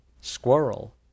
squirrel